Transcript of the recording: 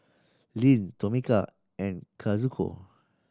Lyn Tomeka and Kazuko